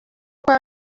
kwa